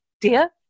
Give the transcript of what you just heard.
dear